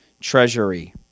treasury